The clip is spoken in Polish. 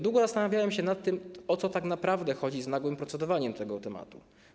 Długo zastanawiałem się nad tym, o co tak naprawdę chodzi z nagłym procedowaniem nad tą sprawą.